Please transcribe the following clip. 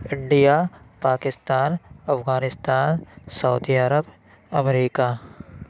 India Pakistan Afghanistan Saudi Arab America